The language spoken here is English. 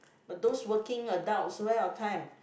but those working adults where your time